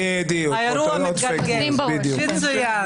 וזה רק כי אתם רוצים להפוך.